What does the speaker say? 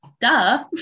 duh